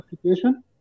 application